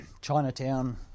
Chinatown